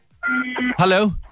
Hello